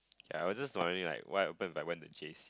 ya I was just wondering like what would happen if I went to J_C